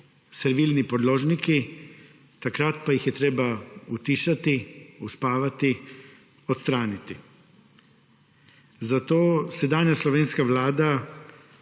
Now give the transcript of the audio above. servilni podložniki, takrat pa jih je treba utišati, uspavati, odstraniti. Zato sedanja slovenska vlada